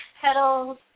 petals